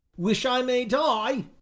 wish i may die!